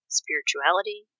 spirituality